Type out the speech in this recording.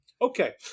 Okay